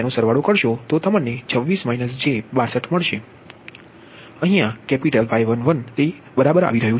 હવે અહીંથી આ કેપિટલ Y11 તે યોગ્ય રીતે આવી રહયુ છે